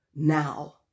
Now